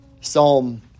Psalm